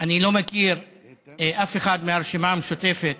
אני לא מכיר אף אחד מהרשימה המשותפת